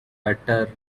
better